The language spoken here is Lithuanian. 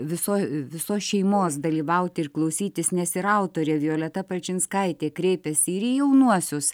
viso visos šeimos dalyvauti ir klausytis nes ir autorė violeta palčinskaitė kreipiasi ir į jaunuosius